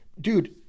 dude